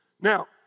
Now